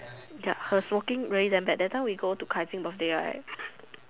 ya her smoking really damn bad that time we go to Kai-Xing birthday right